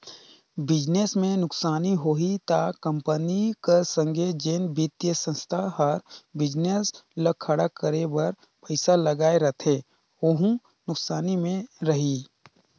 business में नुकसानी होही ता कंपनी कर संघे जेन बित्तीय संस्था हर बिजनेस ल खड़ा करे बर पइसा लगाए रहथे वहूं नुकसानी में रइही